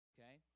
Okay